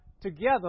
together